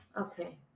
Okay